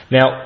Now